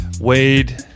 wade